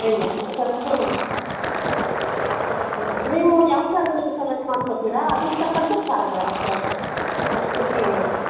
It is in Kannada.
ಇಲ್ಲ ಇಲ್ಲ ಸೆಲೆಕ್ಷನ್ ಇರುತ್ತೆ ಹೌದು ಹೌದು ನೀವು ಯಾವ ಚಾನೆಲ್ ಸೆಲೆಕ್ಟ್ ಮಾಡ್ಕೊತೀರಾ ಅದಕ್ಕೆ ತಕ್ಕಂತೆ ಚಾರ್ಜ್ ಆಗುತ್ತೆ ಅಷ್ಟೆ ಅಷ್ಟು ಬಿಟ್ಟರೆ ಇನ್ನೇನಿಲ್ಲ